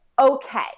okay